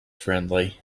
friendly